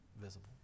visible